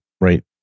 right